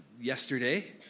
yesterday